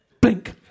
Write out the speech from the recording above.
blink